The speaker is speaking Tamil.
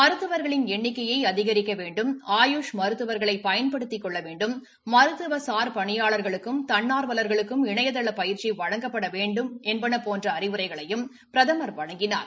மருத்துவர்களின் எண்ணிக்கையை அதிகரிக்க வேண்டும் ஆயூஷ் மருத்துவர்களை பயன்படுத்திக் கொள்ள வேண்டும் மருத்துவசாா் பணியாளர்களுக்கும் தன்னார்வலர்களுக்கும் இணையதள பயிற்சி வழங்கப்பட வேண்டும் என்பன போன்ற அறிவுரைகளையும் பிரதமர் வழங்கினார்